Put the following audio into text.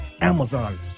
Amazon